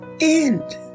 end